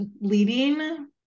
leading